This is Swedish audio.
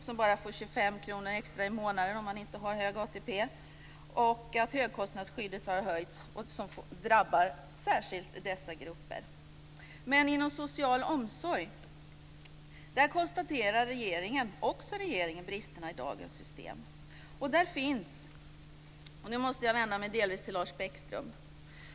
De får bara 25 kr extra i månaden om de inte har hög ATP, och att högkostnadsskyddet har höjts är något som särskilt drabbar dessa grupper. Men inom social omsorg konstaterar också regeringen bristerna i dagens system. Nu måste jag vända mig delvis till Lars Bäckström.